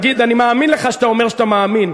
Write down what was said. אני מאמין לך שאתה אומר שאתה מאמין,